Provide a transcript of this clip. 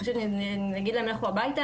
פשוט להגיד להם לכו הביתה?